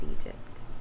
Egypt